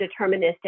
deterministic